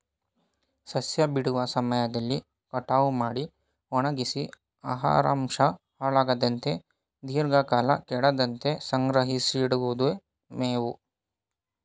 ಸಸ್ಯ ಬಿಡುವ ಸಮಯದಲ್ಲಿ ಕಟಾವು ಮಾಡಿ ಒಣಗ್ಸಿ ಆಹಾರಾಂಶ ಹಾಳಾಗದಂತೆ ದೀರ್ಘಕಾಲ ಕೆಡದಂತೆ ಸಂಗ್ರಹಿಸಿಡಿವುದೆ ಮೇವು